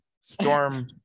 storm